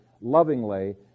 lovingly